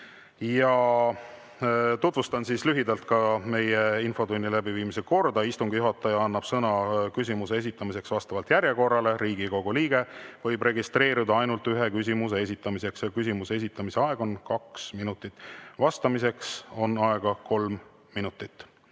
Tutvustan ka lühidalt meie infotunni läbiviimise korda. Istungi juhataja annab sõna küsimuse esitamiseks vastavalt järjekorrale. Riigikogu liige võib registreeruda ainult ühe küsimuse esitamiseks. Küsimuse esitamise aeg on kaks minutit, vastamiseks on aega kolm minutit.